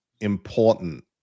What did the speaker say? important